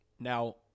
Now